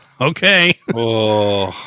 Okay